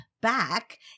back